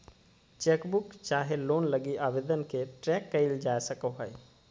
chequebook चाहे loan लगी आवेदन के ट्रैक क़इल जा सको हइ